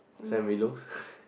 Sam-Willows